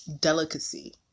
delicacy